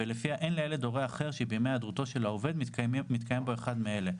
ולפיה אין לילד הורה אחר שבימי היעדרותו של העובד מתקיים בו אחד מאלה: